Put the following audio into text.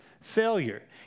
failure